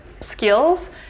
skills